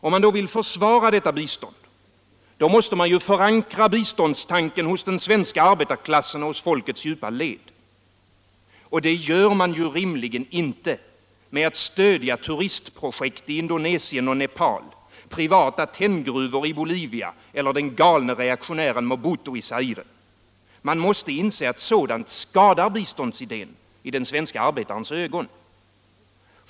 Om man då vill försvara detta bistånd, måste man förankra biståndstanken hos den svenska arbetarklassen och hos folkets djupa led, och det gör man rimligen inte genom att stödja turistprojekt i Indonesien och Nepal, privata tenngruvor i Bolivia eller den galne reaktionären Mobutu i Zaire. Man måste inse att sådant skadar biståndsidén i den svenska arbetarens ögon.